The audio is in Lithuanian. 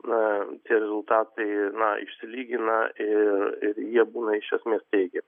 na tie rezultatai išsilygina ir ir jie būna iš esmės teigiami